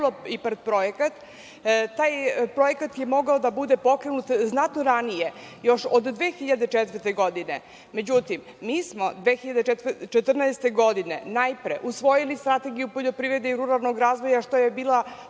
pokrenulo IPARD projekat. Taj projekat je morao da bude pokrenut znatno ranije, još od 2004. godine. Međutim, mi smo 2014. godine najpre usvojili Strategiju poljoprivrede i ruralnog razvoja, što je bila